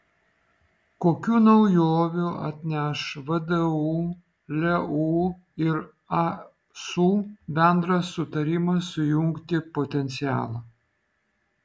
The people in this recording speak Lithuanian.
kokių naujovių atneš vdu leu ir asu bendras sutarimas sujungti potencialą